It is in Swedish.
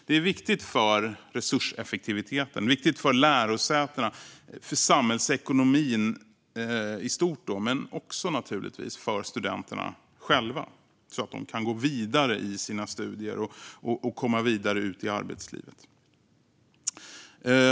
Det är viktigt för resurseffektiviteten, för lärosätena, för samhällsekonomin i stort och naturligtvis för studenterna själva så att de kan gå vidare i sina studier och komma vidare ut i arbetslivet.